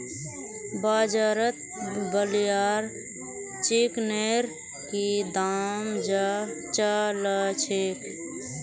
बाजारत ब्रायलर चिकनेर की दाम च ल छेक